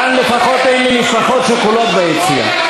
כאן לפחות אין לי משפחות שכולות ביציע.